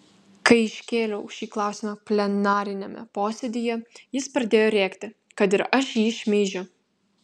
kai iškėliau šį klausimą plenariniame posėdyje jis pradėjo rėkti kad ir aš jį šmeižiu